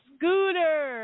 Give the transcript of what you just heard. Scooter